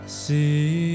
see